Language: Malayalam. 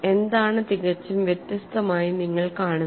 എന്താണ് തികച്ചും വ്യത്യസ്തമായി നിങ്ങൾ കാണുന്നത്